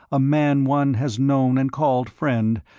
a man one has known and called friend,